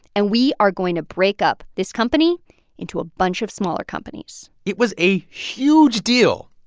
and we are going to break up this company into a bunch of smaller companies it was a huge deal.